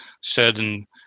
certain